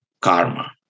karma